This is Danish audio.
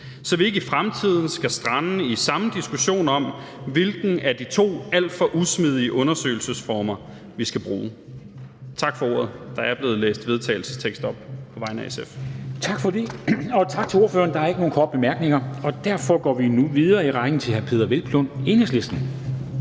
så vi ikke i fremtiden skal strande i samme diskussion om, hvilken af de to alt for usmidige undersøgelsesformer vi skal bruge. Tak for ordet. Der er på vegne af SF blevet læst et forslag til vedtagelse op. Kl. 14:21 Formanden (Henrik Dam Kristensen): Tak til ordføreren. Der er ikke nogen korte bemærkninger, og derfor går vi nu videre i rækken til hr. Peder Hvelplund, Enhedslisten.